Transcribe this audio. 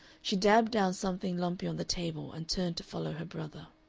she dabbed down something lumpy on the table and turned to follow her brother.